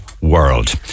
world